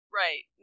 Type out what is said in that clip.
right